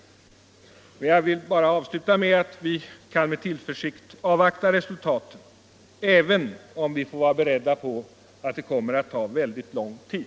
Vi kan med tillförsikt avvakta resultaten, även om vi får vara beredda på att reformens genomförande kommer att ta lång tid.